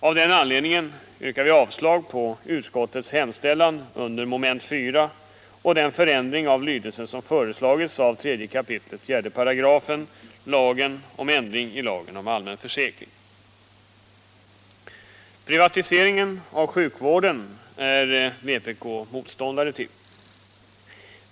Av den anledningen yrkar vi avslag på utskottets hemställan under mom. 4 och den förändring av lydelsen som föreslagits av 3 kap. 4 § lagen om ändring i lagen om allmän försäkring. Vpk är motståndare till privatiseringen av sjukvården.